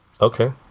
Okay